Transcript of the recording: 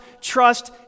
trust